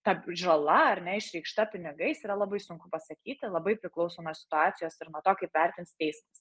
ta žala ar ne išreikšta pinigais yra labai sunku pasakyti labai priklauso nuo situacijos ir nuo to kaip vertins teismas